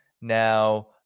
now